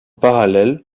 parallèle